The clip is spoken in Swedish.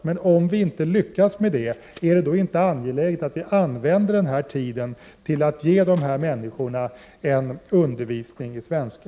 Men om vi inte lyckas förkorta väntetiderna, är det då inte angeläget att vi använder den tiden till att ge dessa människor undervisning i svenska?